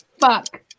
Fuck